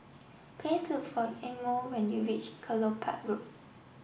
please look for Imo when you reach Kelopak Road